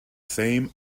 same